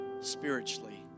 spiritually